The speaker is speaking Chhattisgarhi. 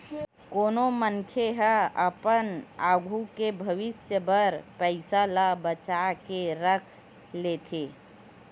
कोनो मनखे ह अपन आघू के भविस्य बर पइसा ल बचा के राख लेथे